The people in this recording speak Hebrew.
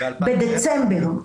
בדצמבר,